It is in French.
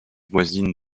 voisine